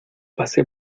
pasé